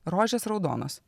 rožės raudonos